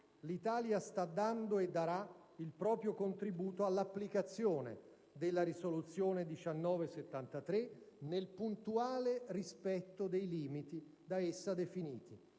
l'Italia sta dando e darà il proprio contributo all'applicazione della risoluzione n. 1973, nel puntuale rispetto dei limiti da essa definiti.